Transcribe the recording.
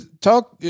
Talk